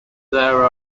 there